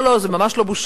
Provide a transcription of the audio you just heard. לא, לא, זו ממש לא בושה.